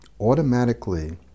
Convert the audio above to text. automatically